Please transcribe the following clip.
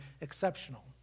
exceptional